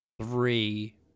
three